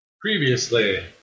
Previously